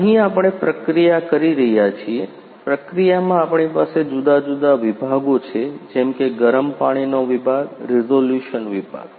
અહીં આપણે પ્રક્રિયા કરી રહ્યા છીએ પ્રક્રિયામાં આપણી પાસે જુદા જુદા વિભાગો છે જેમ કે ગરમ પાણીનો વિભાગ રિજૉલ્યૂશન વિભાગ